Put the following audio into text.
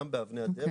גם באבני הדרך,